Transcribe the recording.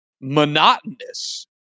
monotonous